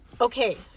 Okay